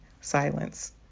silence